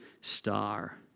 star